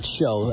Show